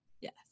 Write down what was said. Yes